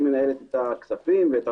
שמנהלת את הכספים.